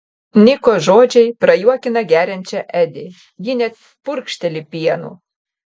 niko žodžiai prajuokina geriančią edi ji net purkšteli pienu